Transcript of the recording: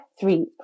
three